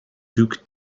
duke